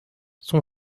son